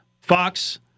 Fox